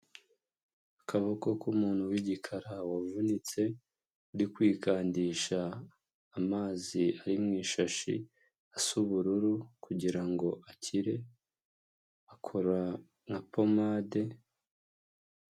Akaboko k'umuntu w'igikara wavunitse uri kwikandisha amazi ari mu ishashi asa ubururu kugira ngo akire, akora nka pomade.